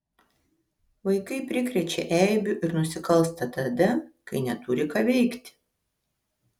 vaikai prikrečia eibių ir nusikalsta tada kai neturi ką veikti